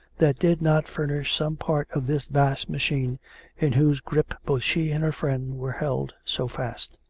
that did not furnish some part of this vast machine in whose grip both she and her friend were held so fast.